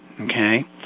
Okay